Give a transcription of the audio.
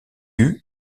eut